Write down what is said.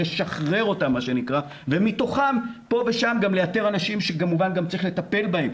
לשחרר אותם מה שנקרא ומתוכם פה ושם לאתר אנשים שכמובן גם צריך לטפל בהם.